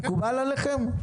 מקובל עליכם?